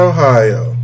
Ohio